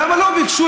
למה לא ביקשו,